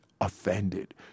offended